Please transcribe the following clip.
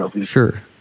Sure